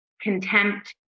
contempt